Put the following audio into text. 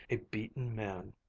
a beaten man.